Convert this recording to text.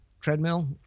treadmill